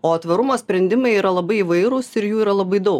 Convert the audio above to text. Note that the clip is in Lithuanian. o tvarumo sprendimai yra labai įvairūs ir jų yra labai daug